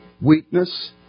weakness